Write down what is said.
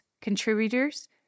Contributors